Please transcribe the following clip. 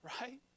right